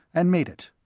and made it.